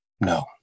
No